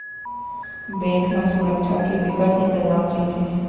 bank म सुरक्छा के बिकट इंतजाम रहिथे